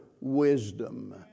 wisdom